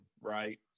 right